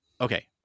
okay